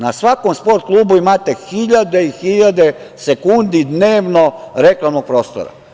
Na svakom "Sport klubu" imate hiljade i hiljade sekundi dnevno reklamnog prostora.